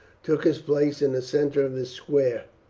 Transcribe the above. took his place in the centre of the square,